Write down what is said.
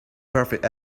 perfect